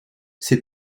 ces